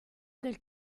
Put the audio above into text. del